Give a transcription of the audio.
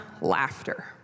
laughter